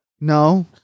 No